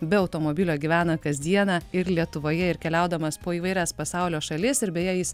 be automobilio gyvena kasdieną ir lietuvoje ir keliaudamas po įvairias pasaulio šalis ir beje jis